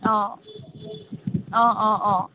অঁ অঁ অঁ অঁ